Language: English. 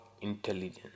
intelligence